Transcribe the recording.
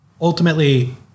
Ultimately